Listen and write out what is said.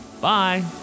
Bye